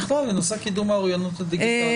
בכלל לנושא קידום האוריינות הדיגיטלית.